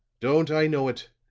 don't i know it?